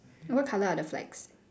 what colour are the flags